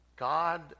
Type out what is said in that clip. God